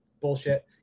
bullshit